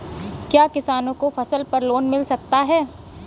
क्या किसानों को फसल पर लोन मिल सकता है?